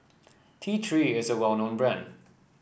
T Three is a well known brand